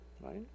right